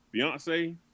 Beyonce